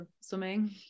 swimming